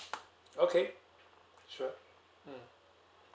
okay sure mm